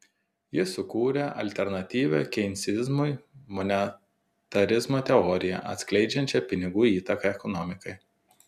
jis sukūrė alternatyvią keinsizmui monetarizmo teoriją atskleidžiančią pinigų įtaką ekonomikai